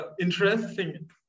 interesting